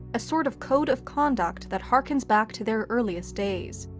a sort of code of conduct that harkens back to their earliest days.